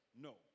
No